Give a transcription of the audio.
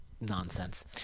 nonsense